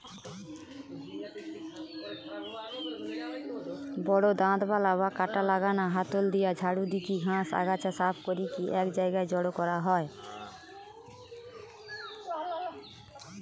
বড় দাঁতবালা বা কাঁটা লাগানা হাতল দিয়া ঝাড়ু দিকি ঘাস, আগাছা সাফ করিকি এক জায়গায় জড়ো করা হয়